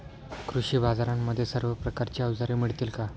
कृषी बाजारांमध्ये सर्व प्रकारची अवजारे मिळतील का?